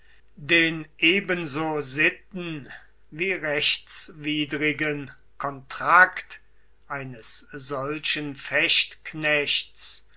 den ebenso sitten wie rechtswidrigen kontrakt eines solchen fechtknechts